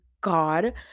god